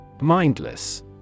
Mindless